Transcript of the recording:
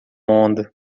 onda